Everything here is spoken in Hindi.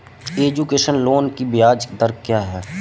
एजुकेशन लोन की ब्याज दर क्या है?